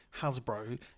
Hasbro